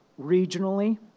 regionally